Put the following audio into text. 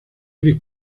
gris